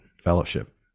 fellowship